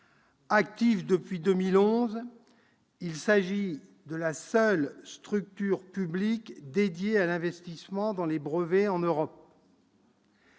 Active depuis 2011, France Brevets est la seule structure publique dédiée à l'investissement dans les brevets en Europe.